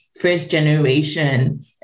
first-generation